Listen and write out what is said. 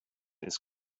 ist